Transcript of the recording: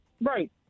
Right